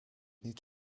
niet